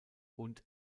und